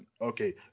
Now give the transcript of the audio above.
okay